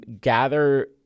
Gather